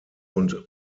und